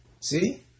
See